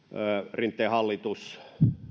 rinteen hallitus